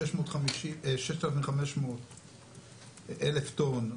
6,500 טון,